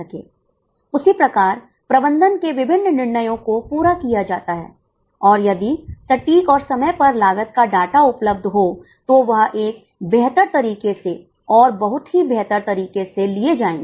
उसी प्रकार प्रबंधन के विभिन्न निर्णयों को पूरा किया जाता है और यदि सटीक और समय पर लागत का डाटा उपलब्ध हो तो वह एक बेहतर तरीके से और बहुत ही बेहतर तरीके से लिए जाएंगे